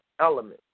element